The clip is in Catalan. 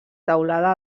teulada